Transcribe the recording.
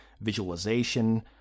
visualization